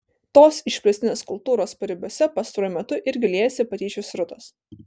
tos išplėstinės kultūros paribiuose pastaruoju metu irgi liejasi patyčių srutos